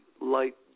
light